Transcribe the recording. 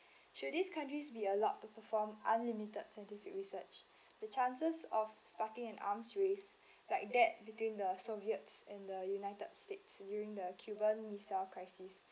should these countries be allowed to perform unlimited scientific research the chances of sparking an arms race like that between the soviets in the united states during the cuban missile crisis